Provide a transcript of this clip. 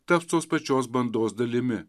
taps tos pačios bandos dalimi